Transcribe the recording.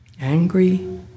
angry